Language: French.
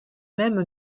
même